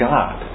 God